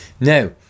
Now